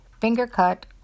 finger-cut